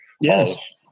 Yes